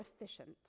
efficient